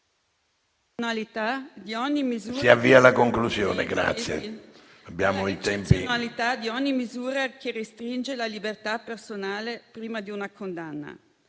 di eccezionalità di ogni misura che restringe la libertà personale prima di una condanna.